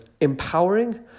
empowering